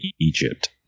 Egypt